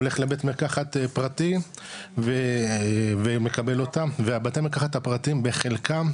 הולך לבית מרקחת פרטי ומקבל אותם ובתי המרקחת הפרטיים בחלקם,